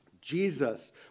Jesus